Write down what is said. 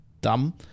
dumb